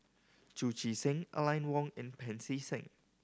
Chu Chee Seng Aline Wong and Pancy Seng